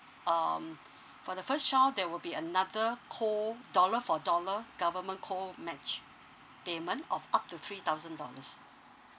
um for the first child there will be another co dollar for dollar government co match payment of up to three thousand dollars